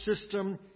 system